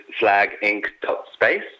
flaginc.space